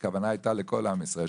הכוונה הייתה לכל עם ישראל,